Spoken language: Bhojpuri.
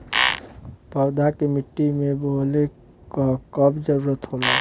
पौधा के मिट्टी में बोवले क कब जरूरत होला